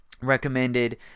recommended